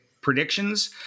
predictions